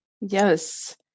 Yes